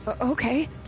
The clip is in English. Okay